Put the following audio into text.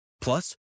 Plus